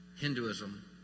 Hinduism